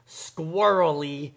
squirrely